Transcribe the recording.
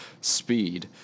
speed